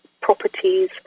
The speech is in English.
properties